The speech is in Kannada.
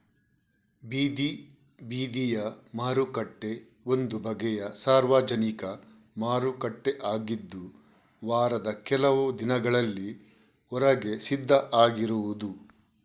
ಬೀದಿ ಬದಿಯ ಮಾರುಕಟ್ಟೆ ಒಂದು ಬಗೆಯ ಸಾರ್ವಜನಿಕ ಮಾರುಕಟ್ಟೆ ಆಗಿದ್ದು ವಾರದ ಕೆಲವು ದಿನಗಳಲ್ಲಿ ಹೊರಗೆ ಸಿದ್ಧ ಆಗಿರುದು